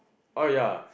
oh ya